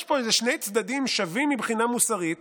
יש פה איזה שני צדדים שווים מבחינה מוסרית